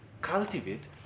Cultivate